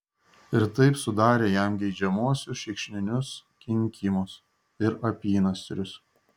ir taip sudarė jam geidžiamuosius šikšninius kinkymus ir apynasrius